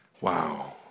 Wow